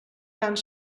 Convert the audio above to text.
tant